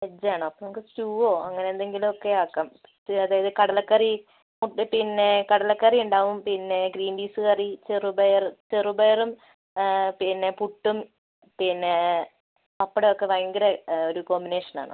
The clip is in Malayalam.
വെജ് ആണോ അപ്പം നമുക്ക് സ്റ്റൂവോ അങ്ങനേ എന്തെങ്കിലും ഒക്കേ ആക്കാം അതായത് കടലക്കറി ഉണ്ട് പിന്നെ കടലക്കറി ഉണ്ടാവും പിന്നെ ഗ്രീൻപീസ് കറി ചെറുപയർ ചെറുപയറും പിന്നെ പുട്ടും പിന്നെ പപ്പടം ഒക്കേ ഭയങ്കര ഒരു കോമ്പിനേഷൻ ആണ്